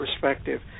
perspective